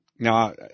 Now